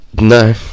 no